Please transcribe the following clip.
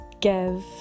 give